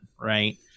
Right